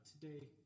today